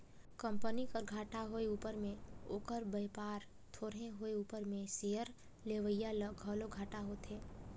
company कर घाटा होए उपर में ओकर बयपार थोरहें होए उपर में सेयर लेवईया ल घलो घाटा होथे